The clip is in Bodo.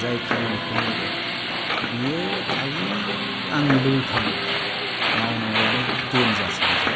जाय खामानिखौ मावगोन बियो खालि आंनिल' उल्था मावो मावनांगौवानो देनजारसो बेजों